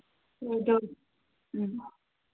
ꯑꯗꯨ ꯎꯝ